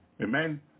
Amen